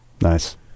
Nice